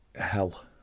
hell